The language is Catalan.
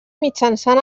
mitjançant